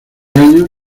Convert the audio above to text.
años